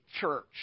church